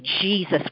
Jesus